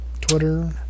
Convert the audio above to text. Twitter